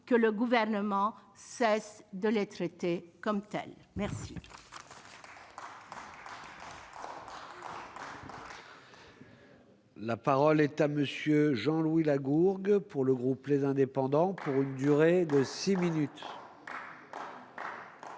Que le Gouvernement cesse de les traiter comme tels !